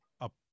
up